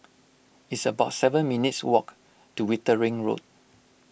it's about seven minutes' walk to Wittering Road